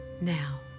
Now